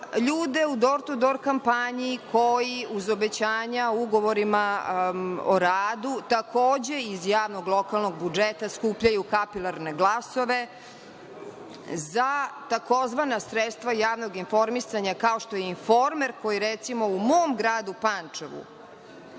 u „dor tu dor kampanji“ koji, uz obećanja o ugovorima o radu, takođe iz javnog lokalnog budžeta, skupljaju kapilarne glasove za tzv. sredstva javnog informisanja, kao što je „Informer“ koji, recimo, u mom gradu Pančevu